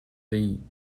lee